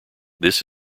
this